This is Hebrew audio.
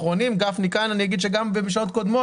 גפני כאן ואני אומר שגם בממשלות קודמות